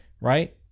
right